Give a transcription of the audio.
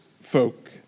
folk